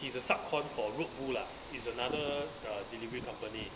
is a sub-con for Route Rule lah is another uh delivery company